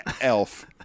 elf